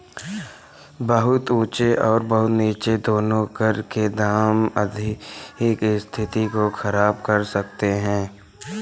बहुत ऊँचे और बहुत नीचे दोनों कर के दर आर्थिक स्थिति को ख़राब कर सकते हैं